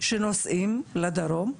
שנוסעים לדרום.